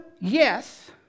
yes